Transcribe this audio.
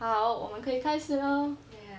好我们可以开始了